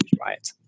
right